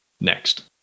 Next